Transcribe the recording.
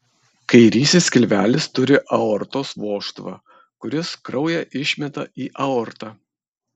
kairysis skilvelis turi aortos vožtuvą kuris kraują išmeta į aortą